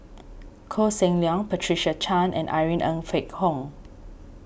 Koh Seng Leong Patricia Chan and Irene Ng Phek Hoong